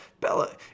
Bella